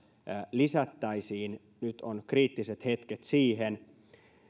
lisättäisiin nyt on kriittiset hetket siihen